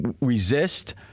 resist